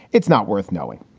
it's not worth knowing.